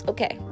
Okay